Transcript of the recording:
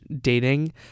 dating